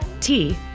tea